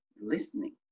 listening